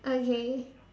okay